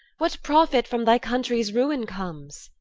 what profit from thy country's ruin comes?